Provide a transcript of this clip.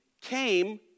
came